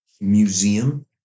museum